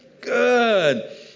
good